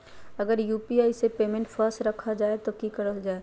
अगर यू.पी.आई से पेमेंट फस रखा जाए तो की करल जाए?